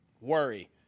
worry